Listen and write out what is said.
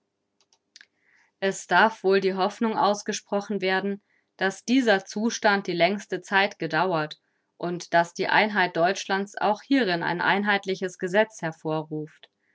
es darf wohl die hoffnung ausgesprochen werden daß dieser zustand die längste zeit gedauert und daß die einheit deutschland's auch hierin ein einheitliches gesetz hervorruft